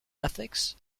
ethics